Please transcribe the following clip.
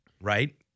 right